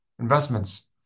investments